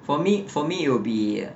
for me for me it would be